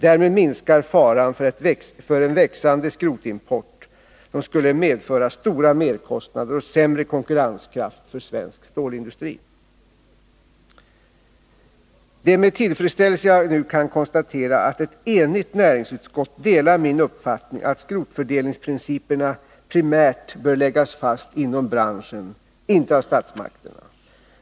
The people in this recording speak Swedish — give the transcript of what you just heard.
Därmed minskar faran för en växande skrotimport, som skulle medföra stora merkostnader och sämre konkurrenskraft för svensk stålindustri. Det är med tillfredsställelse jag nu kan konstatera att ett enigt näringsutskott delar min uppfattning att skrotfördelningsprinciperna primärt bör läggas fast inom branschen, inte av statsmakterna.